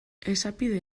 esapide